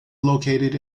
located